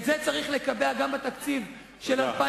את זה צריך לקבע גם בתקציב של 2009